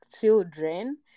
children